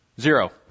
zero